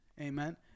Amen